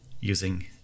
using